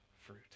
fruit